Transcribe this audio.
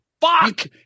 Fuck